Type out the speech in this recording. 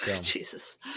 Jesus